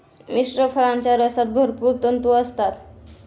मिश्र फळांच्या रसात भरपूर तंतू असतात